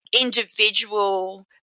individual